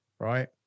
Right